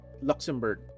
Luxembourg